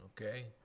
okay